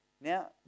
Now